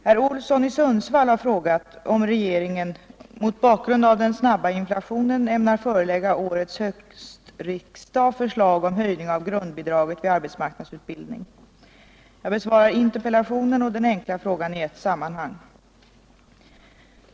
Herr Olsson i Sundsvall har frågat om regeringen, mot bakgrund av den snabba inflationen, ämnar förelägga årets höstriksdag förslag om höjning av grundbidraget vid arbetsmarknadsutbildning. Jag besvarar interpellationen och den enkla frågan i ett sammanhang.